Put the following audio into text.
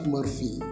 Murphy